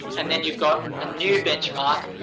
and then you've got a new benchmark,